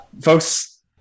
Folks